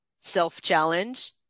self-challenge